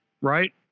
right